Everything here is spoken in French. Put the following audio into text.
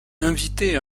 invitée